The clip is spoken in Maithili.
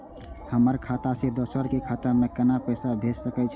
हमर खाता से दोसर के खाता में केना पैसा भेज सके छे?